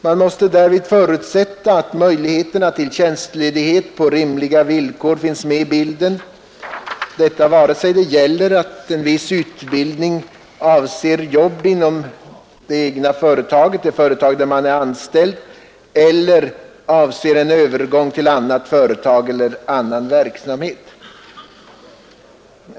Det måste därvid förutsättas att möjligheterna till tjänstledighet på rimliga villkor finns med i bilden — detta vare sig en viss utbildning avser jobb inom det företag där man är anställd eller syftar till övergång till annat företag eller annan verksamhet.